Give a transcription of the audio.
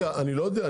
נכון אני לא יודע,